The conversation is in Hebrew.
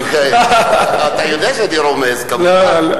אתה יודע שאני רומז, כמובן.